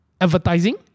advertising